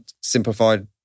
simplified